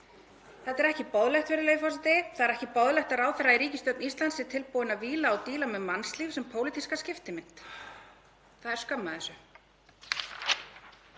Þetta er ekki boðlegt, virðulegi forseti. Það er ekki boðlegt að ráðherra í ríkisstjórn Íslands sé tilbúin að víla og díla með mannslíf sem pólitíska skiptimynt. Það er skömm að þessu.